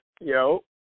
Yo